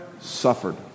suffered